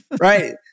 Right